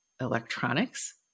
electronics